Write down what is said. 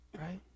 Right